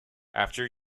after